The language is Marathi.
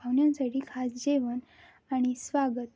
पाहुण्यांसाठी खास जेवण आणि स्वागत